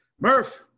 Murph